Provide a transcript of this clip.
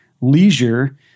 leisure